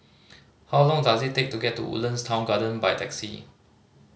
how long does it take to get to Woodlands Town Garden by taxi